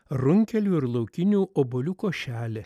runkelių ir laukinių obuolių košelė